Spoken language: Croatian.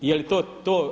Je li to to?